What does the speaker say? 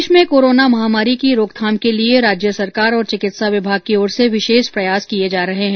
प्रदेश में कोरोना महामारी की रोकथाम के लिए राज्य सरकार और चिकित्सा विभाग की ओर से विशेष प्रयास किए जा रहे है